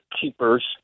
keepers